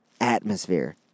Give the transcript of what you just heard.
atmosphere